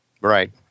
Right